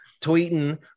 tweeting